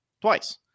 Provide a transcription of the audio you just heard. twice